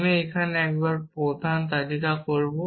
আমি এখানে একবার প্রধান তালিকা করব